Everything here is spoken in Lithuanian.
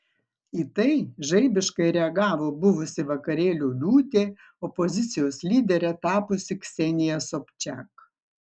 į tai žaibiškai reagavo buvusi vakarėlių liūtė opozicijos lydere tapusi ksenija sobčak